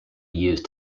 used